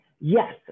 yes